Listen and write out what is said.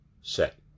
set